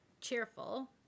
cheerful